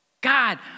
God